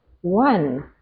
one